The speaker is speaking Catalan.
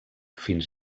fins